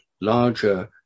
larger